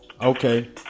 Okay